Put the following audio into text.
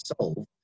solve